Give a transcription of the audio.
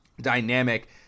dynamic